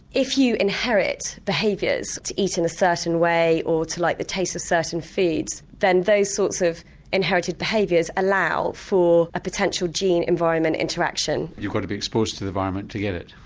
if you inherit behaviours to eat in a certain way or to like the taste of certain foods then those sorts of inherited behaviours allow for a potential gene environment interaction. you've got to be exposed to the environment to get it.